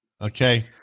Okay